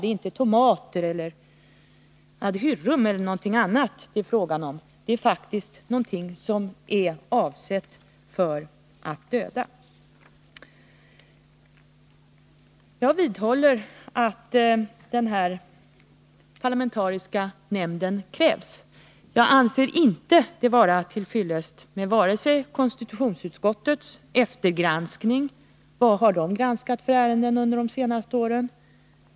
Det är inte fråga om tomater eller adhyrrum eller någonting annat. Det är faktiskt fråga om någonting som är avsett för att döda. Jag vidhåller att en parlamentarisk nämnd behövs. Jag anser det inte vara till fyllest med konstitutionsutskottets eftergranskning. Vilka ärenden har man granskat under de senaste åren?